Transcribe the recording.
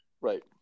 Right